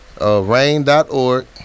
rain.org